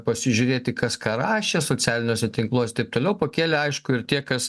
pasižiūrėti kas ką rašė socialiniuose tinkluos taip toliau pakėlė aišku ir tie kas